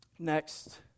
Next